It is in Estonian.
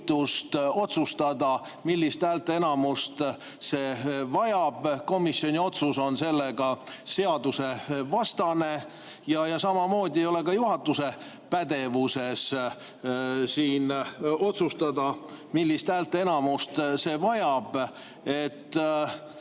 otsustada, millist häälteenamust see vajab. Komisjoni otsus on seega seadusvastane. Samamoodi ei ole ka juhatuse pädevuses otsustada, millist häälteenamust see vajab.